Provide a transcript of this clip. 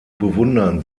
bewundern